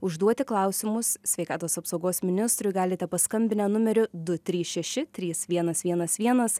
užduoti klausimus sveikatos apsaugos ministrui galite paskambinę numeriu du trys šeši trys vienas vienas vienas